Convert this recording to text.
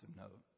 note